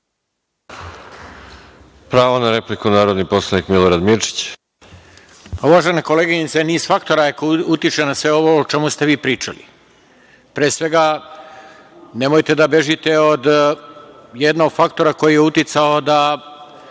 Pravo na repliku narodni poslanik Milorad Mirčić. **Milorad Mirčić** Uvažena koleginice, niz faktora utiče na sve ovo o čemu ste vi pričali. Pre svega nemojte da bežite od jednog faktora koji je uticao da